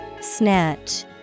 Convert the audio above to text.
snatch